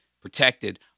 protected